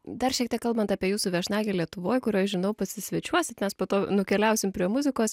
dar šiek tiek kalbant apie jūsų viešnagę lietuvoj kur aš žinau pasisvečiuosit mes po to nukeliausim prie muzikos